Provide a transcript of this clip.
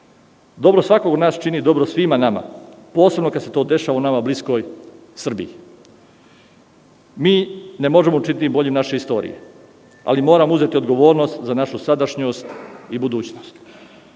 Dobro svakog od nas čini dobro svima nama, posebno kada se to dešava u nama u bliskoj Srbiji. Mi ne možemo učiniti boljom našu istoriju, ali moramo uzeti odgovornost za našu sadašnjost i budućnost.